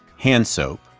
hand soap,